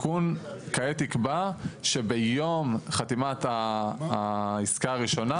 התיקון כעת יקבע שביום חתימת העסקה הראשונה,